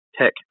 tech